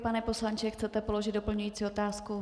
Pane poslanče, chcete položit doplňující otázku?